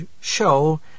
show